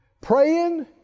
Praying